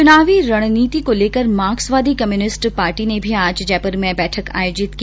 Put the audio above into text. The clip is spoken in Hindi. चुनावी रणनीति को लेकर मार्क्सवादी कम्युनिष्ट पार्टी ने भी जयपुर में बैठक आयोजित की